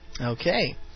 Okay